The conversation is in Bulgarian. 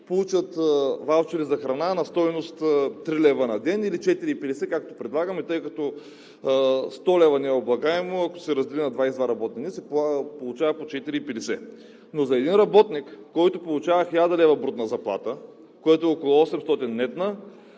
получат ваучери за храна на стойност 3 лв. на ден или 4,50, както предлагаме, тъй като 100 лв. са необлагаеми, ако се раздели на 22 работни дни, се получава по 4,50. Но за един работник, който получава 1000 лв. брутна заплата, което е около 800